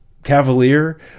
Cavalier